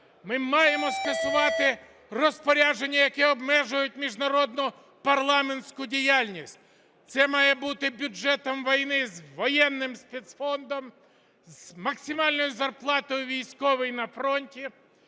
Ми маємо скасувати розпорядження, які обмежують міжнародну парламентську діяльність. Це має бути бюджетом війни з воєнним спецфондом, з максимальною зарплатою військовим на фронті